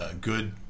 Good